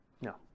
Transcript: No